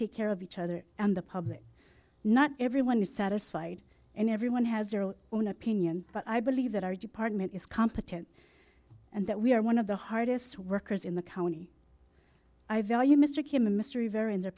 take care of each other and the public not everyone is satisfied and everyone has their own opinion but i believe that our department is competent and that we are one of the hardest workers in the county i value mr kim a mystery vary in their